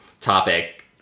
topic